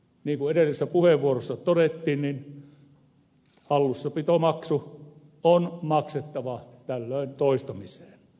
niin kuin edellisessä puheenvuorossa todettiin hallussapitomaksu on maksettava tällöin toistamiseen